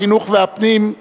ועדת החינוך וועדת הפנים.